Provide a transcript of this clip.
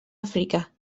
àfrica